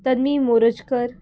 तन्नी मोरजकर